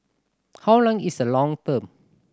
how long is the long term